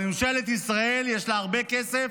אבל לממשלת ישראל יש הרבה כסף,